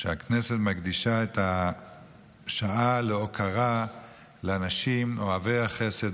שהכנסת מקדישה את השעה להוקרה לאנשים אוהבי החסד,